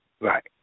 Right